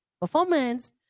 performance